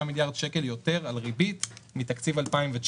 מיליארד שקל יותר על ריבית מתקציב 2019,